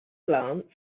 glance